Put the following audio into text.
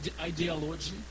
ideology